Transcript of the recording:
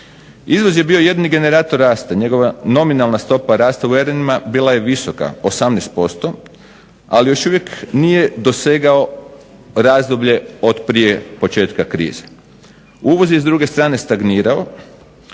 Izvoz je bio jedini generator rasta, njegova nominalna stopa rasta u eurima bila je visoka – 18%, ali još uvijek nije dosegao razdoblje od prije početka krize. Uvoz je s druge strane stagnirao